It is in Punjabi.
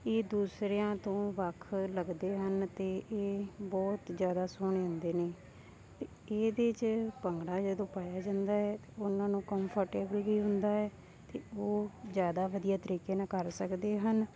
ਇਹ ਦੂਸਰਿਆਂ ਤੋਂ ਵੱਖ ਲੱਗਦੇ ਹਨ ਅਤੇ ਇਹ ਬਹੁਤ ਜ਼ਿਆਦਾ ਸੋਹਣੇ ਹੁੰਦੇ ਨੇ ਅਤੇ ਇਹਦੇ 'ਚ ਭੰਗੜਾ ਜਦੋਂ ਪਾਇਆ ਜਾਂਦਾ ਹੈ ਅਤੇ ਉਹਨਾਂ ਨੂੰ ਕੰਫਰਟੇਬਲ ਵੀ ਹੁੰਦਾ ਹੈ ਅਤੇ ਉਹ ਜ਼ਿਆਦਾ ਵਧੀਆ ਤਰੀਕੇ ਨਾਲ ਕਰ ਸਕਦੇ ਹਨ